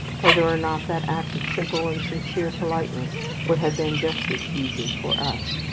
whether or not that act of simple and sincere politeness would have been just as easy for us.